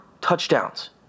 touchdowns